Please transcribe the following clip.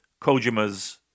Kojima's